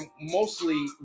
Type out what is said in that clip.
mostly